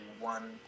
one